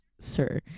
Sir